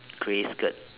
grey skirt